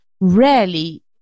rarely